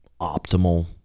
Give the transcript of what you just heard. optimal